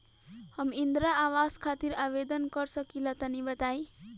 हम इंद्रा आवास खातिर आवेदन कर सकिला तनि बताई?